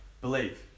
Believe